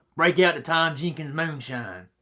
break yeah out the tom jenkins moonshine.